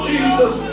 Jesus